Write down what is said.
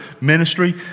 ministry